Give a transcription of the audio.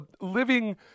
living